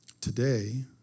Today